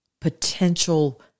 potential